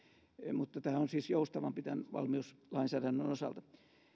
mutta tämä on siis joustavampi tämän valmiuslainsäädännön osalta